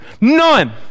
none